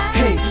hey